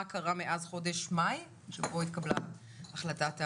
קרה מאז חודש מאי שבו התקבלה החלטת הממשלה.